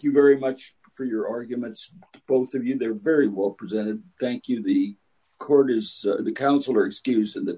you very much for your arguments both of you there very well presented thank you the court is the counselor excused in the